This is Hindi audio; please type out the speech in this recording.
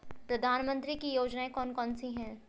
प्रधानमंत्री की योजनाएं कौन कौन सी हैं?